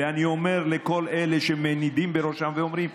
אני אומר לכל אלה שמנידים בראשם ואומרים,